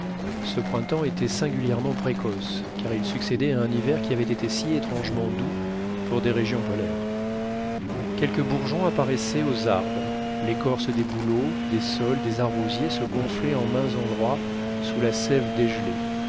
ce printemps était singulièrement précoce car il succédait à un hiver qui avait été si étrangement doux pour des régions polaires quelques bourgeons apparaissaient aux arbres l'écorce des bouleaux des saules des arbousiers se gonflait en maint endroit sous la sève dégelée